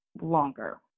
longer